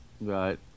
Right